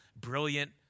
brilliant